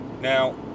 Now